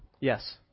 Yes